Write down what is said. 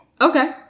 Okay